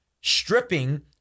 stripping